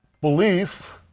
belief